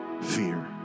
fear